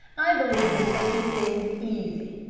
i believe in taking things easy.